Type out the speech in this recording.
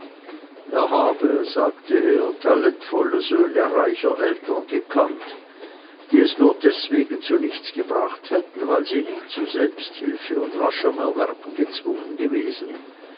er habe sagte er talentvolle söhne reicher eltern gekannt die es nur deswegen zu nichts gebracht hätten weil sie nie zu selbsthilfe und raschem erwerb gezwungen gewesen